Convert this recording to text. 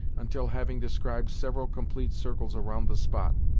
until, having described several complete circles around the spot,